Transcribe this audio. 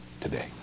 today